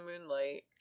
moonlight